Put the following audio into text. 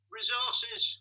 Resources